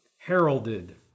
heralded